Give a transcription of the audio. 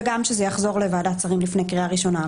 וגם שזה יחזור לוועדת שרים לפני קריאה ראשונה.